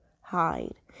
hide